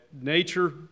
nature